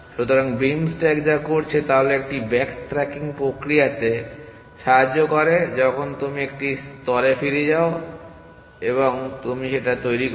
সুতরাং beam stack যা করছে তা হল এটি ব্যাক ট্র্যাকিং প্রক্রিয়াতে সাহায্য করে যখন তুমি একটি স্তরে ফিরে যাও এবং আপনিতুমি এটা তৈরি করো